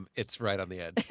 and it's right on the edge.